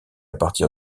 partir